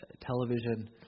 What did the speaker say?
television